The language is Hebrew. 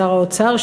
שר האוצר.